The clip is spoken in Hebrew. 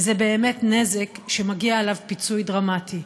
וזה באמת נזק שמגיע עליו פיצוי דרמטי.